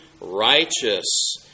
righteous